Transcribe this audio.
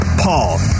Paul